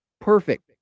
Perfect